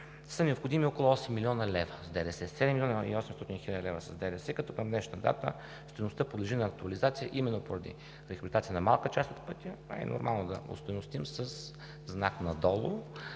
са необходими около 8 млн. лв. с ДДС – 7 млн. 800 хил. лв. с ДДС, като към днешна дата стойността подлежи на актуализация именно поради рехабилитацията на малка част от пътя, а е и нормално да остойностим със знак надолу